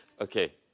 Okay